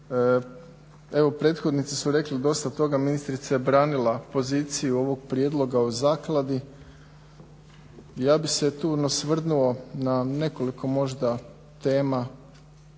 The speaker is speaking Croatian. Evo prethodnici su rekli dosta toga, ministrica je branila poziciju ovog prijedloga o zakladi. I ja bih se tu osvrnuo na nekoliko možda tema